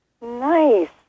Nice